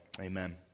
Amen